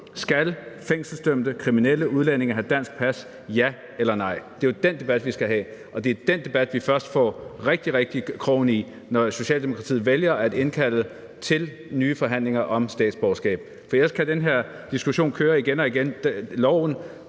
Skal fængselsdømte kriminelle udlændinge have dansk pas – ja eller nej? Det er jo den debat, vi skal have, og det er den debat, vi først får krogen rigtig i, når Socialdemokratiet vælger at indkalde til nye forhandlinger om statsborgerskab. For ellers kan den her diskussion køre igen og igen.